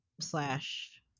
slash